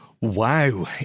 Wow